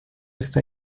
está